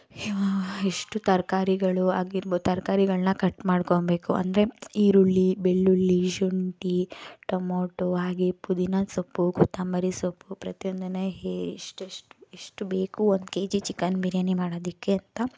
ಎಷ್ಟು ತರಕಾರಿಗಳು ಆಗಿರ್ಬೋದು ತರಕಾರಿಗಳ್ನ ಕಟ್ ಮಾಡ್ಕೊಳ್ಬೇಕು ಅಂದರೆ ಈರುಳ್ಳಿ ಬೆಳ್ಳುಳ್ಳಿ ಶುಂಠಿ ಟೊಮೋಟೊ ಹಾಗೆ ಪುದಿನ ಸೊಪ್ಪು ಕೊತ್ತಂಬರಿ ಸೊಪ್ಪು ಪ್ರತಿಯೊಂದನ್ನು ಹೇ ಎಷ್ಟೆಷ್ಟು ಎಷ್ಟು ಬೇಕು ಒಂದು ಕೆ ಜಿ ಚಿಕನ್ ಬಿರಿಯಾನಿ ಮಾಡೋದಕ್ಕೆ ಅಂತ